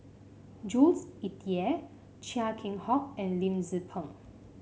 Jules Itier Chia Keng Hock and Lim Tze Peng